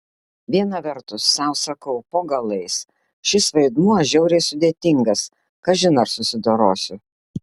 viena vertus sau sakau po galais šis vaidmuo žiauriai sudėtingas kažin ar susidorosiu